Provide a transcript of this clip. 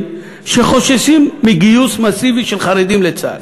שחוששים מגיוס מסיבי של חרדים לצה"ל.